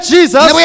Jesus